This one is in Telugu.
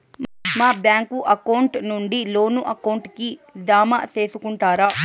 మా బ్యాంకు అకౌంట్ నుండి లోను అకౌంట్ కి జామ సేసుకుంటారా?